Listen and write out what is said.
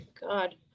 God